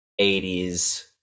80s